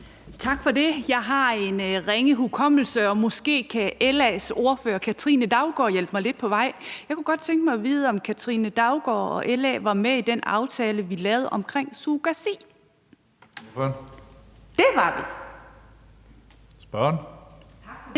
Tak for det. Jeg har en ringe hukommelse, men måske kan LA's ordfører, fru Katrine Daugaard, hjælpe mig lidt på vej. Jeg kunne godt tænke mig at vide, om Katrine Daugaard og LA var med i den aftale, vi lavede omkring surrogasi. Kl. 21:48 Tredje